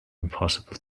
impossible